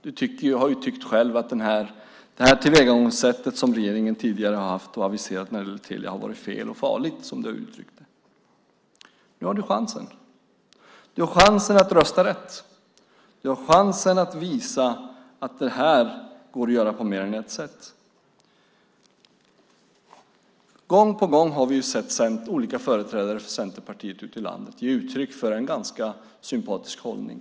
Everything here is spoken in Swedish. Du har ju själv tyckt att det tillvägagångssätt som den tidigare regeringen hade när det gällde Telia har varit fel och farligt; så har du uttryckt det. Nu har du chansen. Du har chansen att rösta rätt. Du har chansen att visa att det här går att göra på mer än ett sätt. Gång på gång har vi sett olika företrädare för Centerpartiet ute i landet ge uttryck för en ganska sympatisk hållning.